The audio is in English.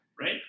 right